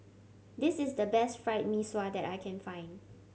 this is the best Fried Mee Sua that I can find